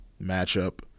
matchup